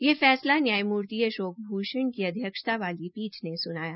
यह फैसला न्यायमूर्ति अशोक भूषण का अध्यक्षता वाली पीठ ने सुनाया